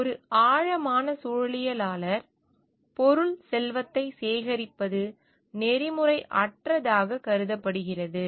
ஒரு ஆழமான சூழலியலாளர் பொருள் செல்வத்தை சேகரிப்பது நெறிமுறையற்றதாக கருதப்படுகிறது